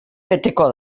beteko